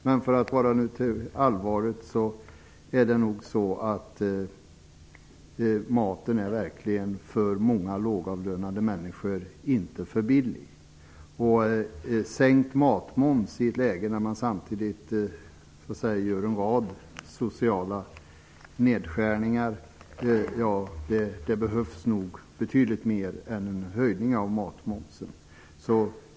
Men för att återgå till allvaret är det nog så att maten verkligen inte är för billig för många lågavlönade människor. I ett läge när man samtidigt gör en rad sociala nedskärningar behövs det nog betydligt mer än en sänkning av matmomsen.